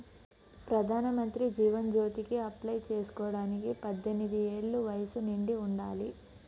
ప్రధానమంత్రి జీవన్ జ్యోతికి అప్లై చేసుకోడానికి పద్దెనిది ఏళ్ళు వయస్సు నిండి ఉండాలి